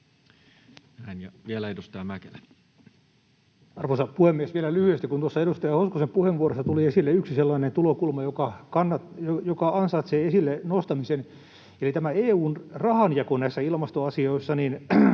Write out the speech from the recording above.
Vielä edustaja Mäkelä. Arvoisa puhemies! Vielä lyhyesti, kun tuossa edustaja Hoskosen puheenvuorossa tuli esille yksi sellainen tulokulma, joka ansaitsee esille nostamisen, eli tämä EU:n rahanjako näissä ilmastoasioissa on